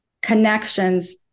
connections